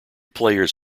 players